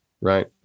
Right